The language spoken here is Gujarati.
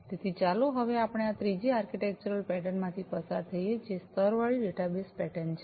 તેથી ચાલો હવે આપણે આ ત્રીજી આર્કિટેક્ચરલ પેટર્ન માંથી પસાર થઈએ જે સ્તરવાળી ડેટાબેસ પેટર્ન છે